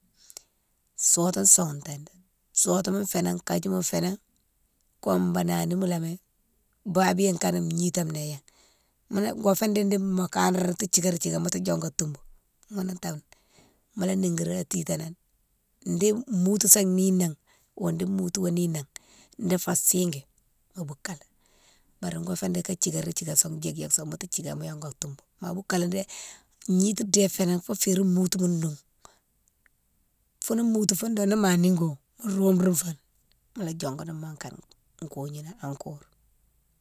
Sotou souwouténe, sotouma fénan, kadjima fénan, come banalimalé babiyone kane gnitame néyan mola gofé didine mo kanré té thiké thiké ti diongou an toumbou ghounnou té, mola nikiri titane di moutou sa ninan wo di moutou wo ninan di fé sigui go boukalé bari go fé dika thikeri thiké son djik lé son mo té thiké mo yongou an toumbou ma boukalé dé gnity dé fénan fé férine moutou ma noung. Foune moutou foune ni ma nigo roume rime foni mola diongouni mokane kognini an koure.